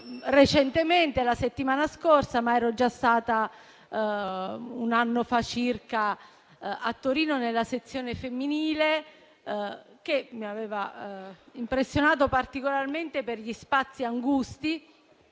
la settimana scorsa, ma ero già stata circa un anno fa a Torino, nella sezione femminile, che mi aveva impressionata particolarmente per gli spazi angusti